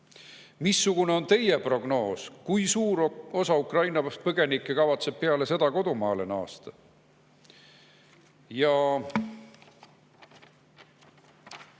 Missugune on teie prognoos, kui suur osa Ukraina põgenikke kavatseb peale sõda kodumaale naasta?